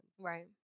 right